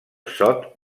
sot